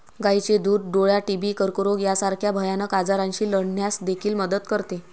गायीचे दूध डोळा, टीबी, कर्करोग यासारख्या भयानक आजारांशी लढण्यास देखील मदत करते